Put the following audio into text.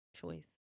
choice